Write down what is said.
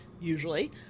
usually